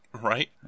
Right